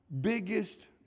biggest